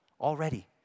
already